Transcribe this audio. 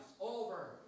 over